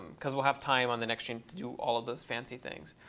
because we'll have time on the next scene to do all of those fancy things.